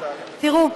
תראו,